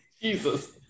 Jesus